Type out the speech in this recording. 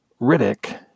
Riddick